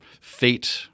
fate